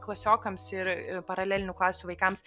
klasiokams ir paralelinių klasių vaikams